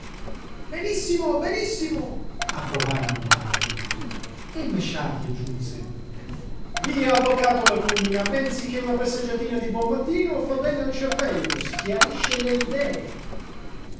benissimo benissimo approvarono gli altri e il mesciardi aggiunse via avvocato lagúmina pensi che una passeggiatina di buon mattino fa bene al cervello schiarisce le idee